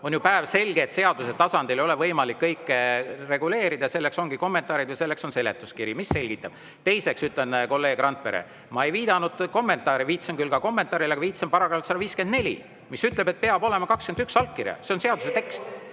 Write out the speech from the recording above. On ju päevselge, et seaduse tasandil ei ole võimalik kõike reguleerida, ja selleks ongi kommentaarid ja selleks on seletuskiri, mis selgitab. Teiseks ütlen, kolleeg Randpere: ma ei viidanud ainult kommentaarile. Ma viitasin küll ka kommentaarile, aga viitasin §‑le 154, mis ütleb, et peab olema [vähemalt] 21 allkirja. See on seaduse tekst.